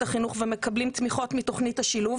החינוך ומקבלים תמיכות מתוכנית השילוב,